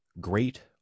Great